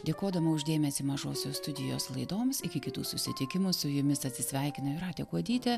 dėkodama už dėmesį mažosios studijos laidoms iki kitų susitikimų su jumis atsisveikina jūratė kuodytė